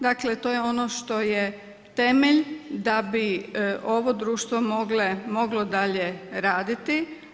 Dakle, to je ono što je temelj, da bi ovo društvo moglo dalje raditi.